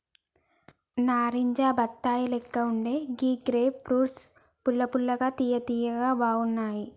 నారింజ బత్తాయి లెక్క వుండే ఈ గ్రేప్ ఫ్రూట్స్ పుల్ల పుల్లగా తియ్య తియ్యగా బాగున్నాయ్